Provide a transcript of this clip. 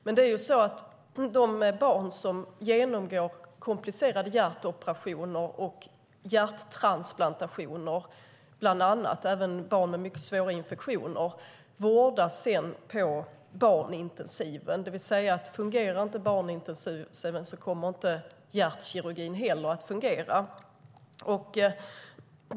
Men de barn som bland annat genomgår komplicerade hjärtoperationer och hjärttransplantationer och även barn med mycket svåra infektioner vårdas sedan på barnintensiven. Om barnintensiven inte fungerar kommer alltså inte heller hjärtkirurgin att fungera.